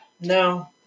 No